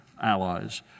allies